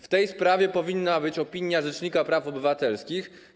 W tej sprawie powinna być opinia rzecznika praw obywatelskich.